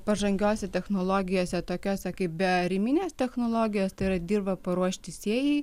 pažangiose technologijose tokiose kaip beariminės technologijos tai yra dirvą paruošti sėjai